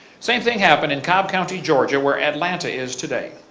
same thing happened in cob county georgia, where atlanta is today.